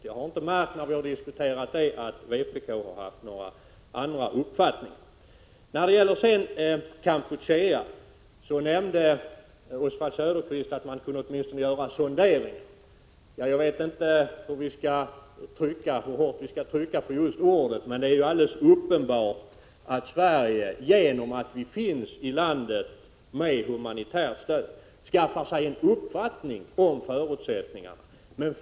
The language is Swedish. Jag har inte märkt att vpk när vi har diskuterat detta har haft någon annan uppfattning. När det gäller Kampuchea nämnde Oswald Söderqvist att man åtminstone kunde göra sonderingar. Jag vet inte hur hårt vi skall trycka på just det ordet, men det är alldeles uppenbart att Sverige genom att finnas i landet med humanitärt stöd skaffar sig en uppfattning om förutsättningarna.